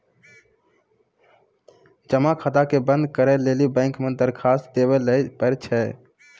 जमा खाता के बंद करै लेली बैंक मे दरखास्त देवै लय परै छै